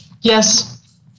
Yes